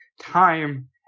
time